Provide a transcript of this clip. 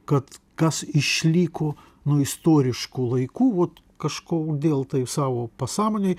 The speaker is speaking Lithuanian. kad kas išliko nuo istoriškų laikų vat kažkodėl tai savo pasąmonėj